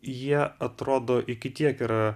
jie atrodo iki tiek yra